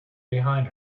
behind